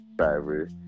Driver